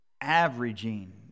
averaging